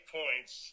points